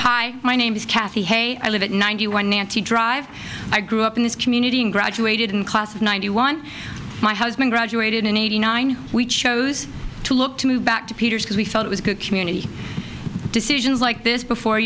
hi my name is kathy hay i live at ninety one dr i grew up in this community and graduated in class of ninety one my husband graduated in eighty nine we chose to look to move back to peter because we felt it was a good community decisions like this before